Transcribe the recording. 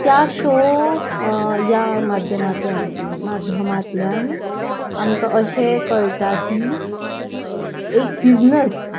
त्या शो ह्या माध्यमांत्यान माध्यमांतल्यान आमकां अशें कळटा की एक बिजनस